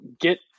get